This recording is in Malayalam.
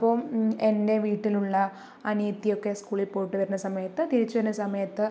അപ്പോ എൻ്റെ വീട്ടിലുള്ള അനിയത്തിയൊക്കെ സ്കൂളിൽ പോയിട്ട് വരുന്ന സമയത്ത് തിരിച്ച് വരുന്ന സമയത്ത്